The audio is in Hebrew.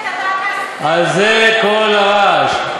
תן לסטודנטים, על זה כל הרעש.